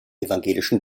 evangelischen